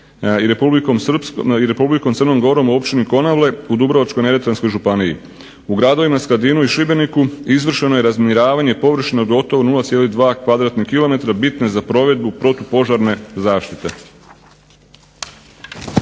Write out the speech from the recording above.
i Republikom Crnom Gorom u općini Konavle u Dubrovačko-neretvanskoj županiji. U gradovima Skradinu i Šibeniku izvršeno je razminiravanje površina od gotovo 0,2 kvadratnih kilometra bitnih za provedbu protupožarne zaštite.